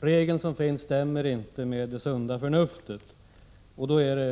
Den regel som gäller överensstämmer inte med sunda förnuftet, och det är inte bra.